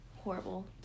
horrible